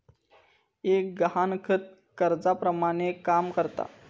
एक गहाणखत कर्जाप्रमाणे काम करता